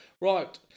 Right